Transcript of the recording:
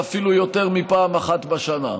ואפילו יותר מפעם אחת בשנה.